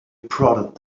prodded